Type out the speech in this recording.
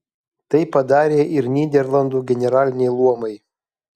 tai padarė ir nyderlandų generaliniai luomai